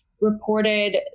reported